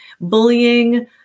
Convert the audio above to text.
bullying